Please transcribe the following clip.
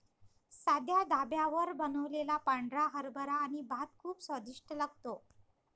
साध्या ढाब्यावर बनवलेला पांढरा हरभरा आणि भात खूप स्वादिष्ट लागतो